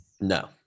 No